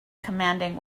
commanding